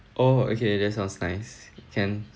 oh okay that sounds nice can